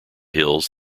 hills